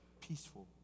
peaceful